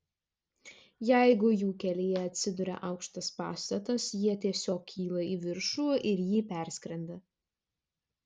jeigu jų kelyje atsiduria aukštas pastatas jie tiesiog kyla į viršų ir jį perskrenda